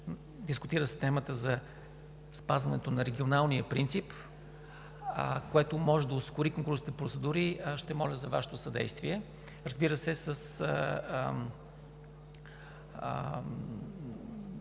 дискутира се темата за спазване на регионалния принцип, което може да ускори конкурсните процедури, ще моля за Вашето съдействие, разбира се, с